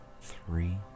Three